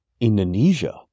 Indonesia